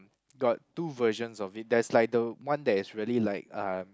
got two versions of it there's like the one that is really like uh